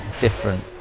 different